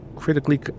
Critically